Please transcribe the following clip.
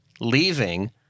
leaving